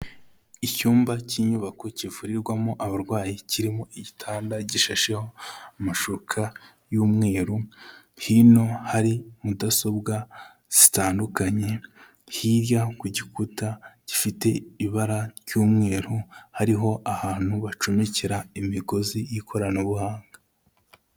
Icyumba cy'inyubako kivurirwamo abarwayi kirimo igitanda gishasheho amashuka y'umweru, hino hari mudasobwa zitandukanye, hirya ku gikuta gifite ibara ry'umweru hariho ahantu bacomekera imigozi y'ikoranabuhanga.